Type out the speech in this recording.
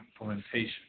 implementation